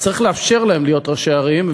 צריך לאפשר להם להיות ראשי ערים,